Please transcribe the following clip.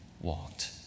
walked